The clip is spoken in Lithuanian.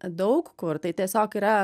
daug kur tai tiesiog yra